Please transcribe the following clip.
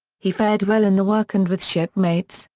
he fared well in the work and with shipmates,